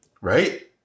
right